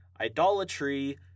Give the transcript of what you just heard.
Idolatry